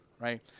right